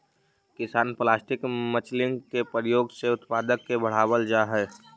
किसान plastic mulching के प्रयोग से उत्पादक के बढ़ावल जा हई